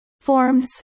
Forms